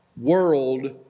world